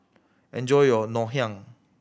enjoy your Ngoh Hiang